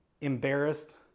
embarrassed